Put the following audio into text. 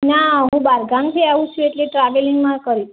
ના હું બહારગામથી આવું છું એટલે ટ્રાવેલિંગમાં કરી